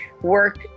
work